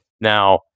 Now